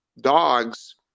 dogs